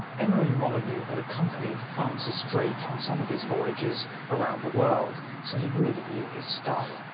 emery molyneux had accompanied francis drake on some of his voyages around the world, so he really knew his stuff.